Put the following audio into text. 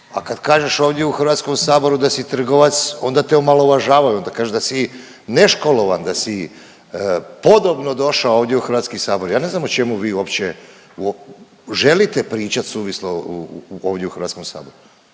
A kad kažeš ovdje u HS da si trgovac onda te omalovažavaju, onda kažu da si neškolovan, da si podobno došao ovdje u HS. Ja ne znam o čemu vi uopće želite pričat suvislo ovdje u HS? Ko